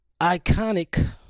iconic